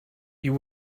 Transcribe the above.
you